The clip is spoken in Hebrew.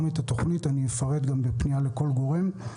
גם את התוכנית שאני אפרט בפנייה לכל גורם,